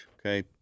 Okay